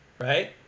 right